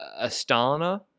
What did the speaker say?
Astana